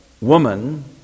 woman